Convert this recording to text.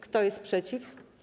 Kto jest przeciw?